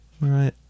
Right